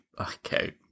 Okay